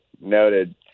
Noted